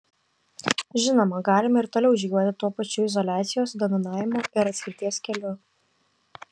žinoma galime ir toliau žygiuoti tuo pačiu izoliacijos dominavimo ir atskirties keliu